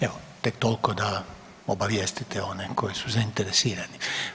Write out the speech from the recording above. Evo tek toliko da obavijestite one koji su zainteresirani.